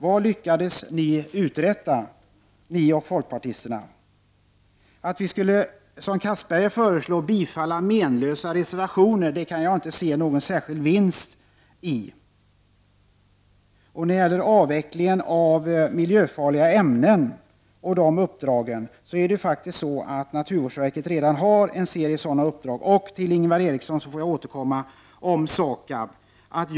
Vad lyckades ni och folkpartisterna uträtta? Att som Anders Castberger föreslår bifalla menlösa reservationer kan jag inte se någon särskild vinst med. När det gäller avvecklingen av miljöfarliga ämnen och uppdragen i samband därmed förhåller det sig faktiskt så, att naturvårdsverket redan har en serie sådana uppdrag. Till Ingvar Eriksson får jag återkomma om SAKAB.